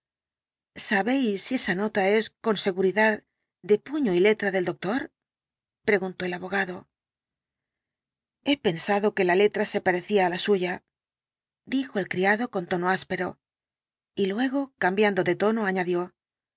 poole sabéis si esa nota es con seguridad el dr jekyll de puño y letra del doctor preguntó el abogado he pensado que la letra se parecía á la suya dijo el criado con tono áspero y luego cambiando de tono añadió